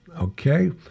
okay